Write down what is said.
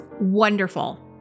Wonderful